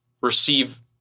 receive